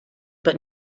but